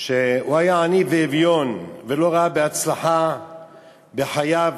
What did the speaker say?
שהיה עני ואביון ולא ראה הצלחה בחייו.